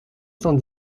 cent